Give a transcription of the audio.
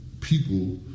people